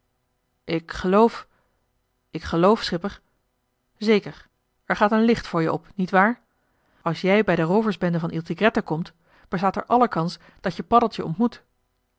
ik geloof ik geloof schipper zeker er gaat een licht voor je op nietwaar als jij bij de rooversbende van il tigretto komt bestaat er alle kans dat je paddeltje ontmoet